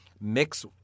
Mix